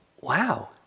wow